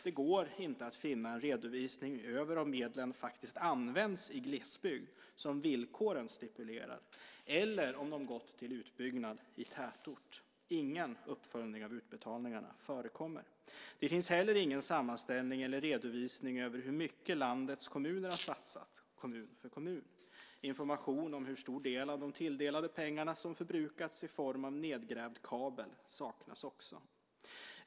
Det går inte att finna en redovisning av om medlen faktiskt använts i glesbygd, som villkoren stipulerar, eller om de gått till utbyggnad i tätort. Ingen uppföljning av utbetalningarna förekommer. Det finns heller ingen sammanställning eller redovisning av hur mycket landets kommuner har satsat, kommun för kommun. Information om hur stor del av de tilldelade pengarna som förbrukats i form av nedgrävd kabel saknas också.